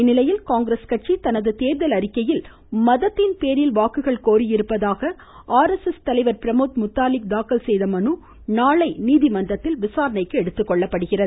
இந்நிலையில் காங்கிரஸ் கட்சி தனது தேர்தல் அறிக்கையில் மதத்தின் பேரில் வாக்குகள் கோரியிருப்பதாக ஆர்எஸ்எஸ் தலைவர் பிரமோத் முத்தாலிக் தாக்கல் செய்த மனு நாளை விசாரணைக்கு எடுத்துக்கொள்ளப்படுகிறது